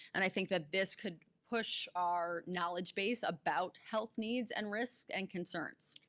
and i think that this could push our knowledge base about health needs and risks and concerns,